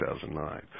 2009